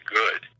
good